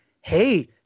hey